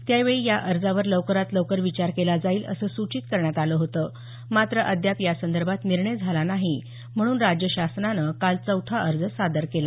त्यावेळी या अर्जावर लवकरात लवकर विचार केला जाईल असं सूचित करण्यात आलं होतं मात्र अद्याप यासंदर्भात निर्णय झाला नाही म्हणून राज्य शासनाने काल चौथा अर्ज सादर केला